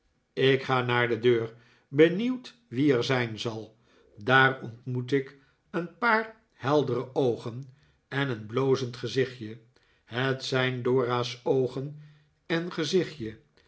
ik ga naar de deur benieuwd wie er zijn zal daar ontmoet ik een paar heldere opgen en een blozend gezichtje het zijn dora's oogen en gezichtje